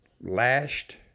lashed